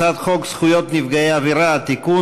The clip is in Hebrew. הצעת חוק נפגעי עבירה (תיקון,